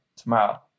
tomorrow